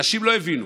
אנשים לא הבינו,